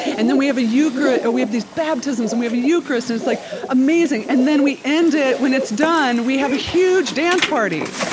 and then we have a euchar, we have these baptisms and we have a eucharist and it's like amazing. and then we end it, when it's done, we have a huge dance party.